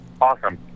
Awesome